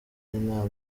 inama